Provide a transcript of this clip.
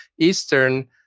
Eastern